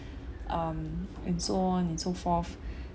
um and so on and so forth